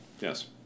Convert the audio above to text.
Yes